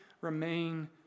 remain